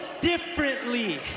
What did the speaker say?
differently